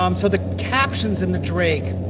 um so the captions in the drake,